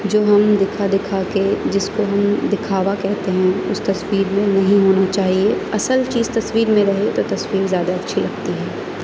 جو ہم دکھا دکھا کے جس کو ہم دکھاوا کہتے ہیں اس تصویر میں وہی ہونا چاہیے اصل چیز تصویر میں رہے تو تصویر زیادہ اچھی لگتی ہے